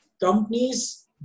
companies